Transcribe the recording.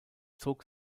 zog